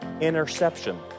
interception